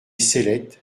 cellettes